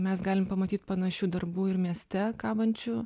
mes galim pamatyt panašių darbų ir mieste kabančių